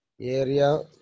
area